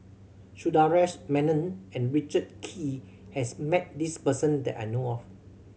Sundaresh Menon and Richard Kee has met this person that I know of